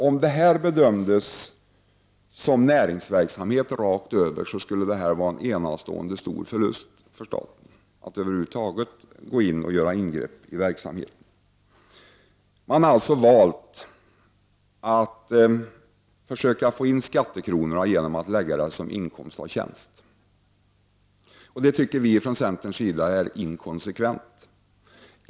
Om det här bedömdes som näringsverksamhet skulle det rimligen vara en enastående stor förlust för staten att över huvud taget gå in och göra ingrepp i verksamheten. Man har alltså valt att försöka få in skattekronorna genom att betrakta detta som inkomst av tjänst. Det tycker vi från centerns sida är inkonsekvent.